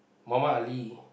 Muhammad Ali